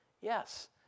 Yes